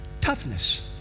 Toughness